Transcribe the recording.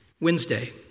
Wednesday